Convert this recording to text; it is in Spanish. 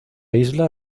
isla